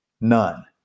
none